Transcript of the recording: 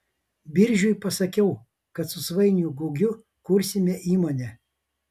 biržiui pasakiau kad su svainiu gugiu kursime įmonę